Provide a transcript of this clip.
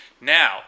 Now